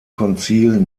konzil